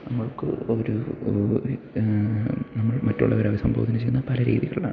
നമ്മൾക്ക് ഒരു നമ്മൾ മറ്റുള്ളവരെ അവിസംബോധന ചെയ്യുന്ന പല രീതികളിലാണ്